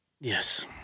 yes